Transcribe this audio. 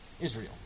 Israel